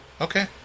Okay